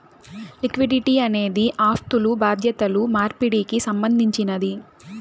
liquidity అనేది ఆస్థులు బాధ్యతలు మార్పిడికి సంబంధించినది